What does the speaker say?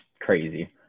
crazy